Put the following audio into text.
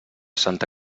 santa